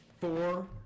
four